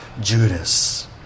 Judas